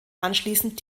anschließend